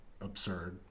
absurd